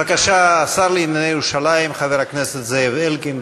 בבקשה, השר לענייני ירושלים חבר הכנסת זאב אלקין.